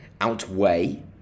outweigh